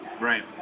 Right